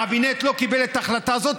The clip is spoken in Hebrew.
בקבינט לא קיבלו את ההחלטה הזאת,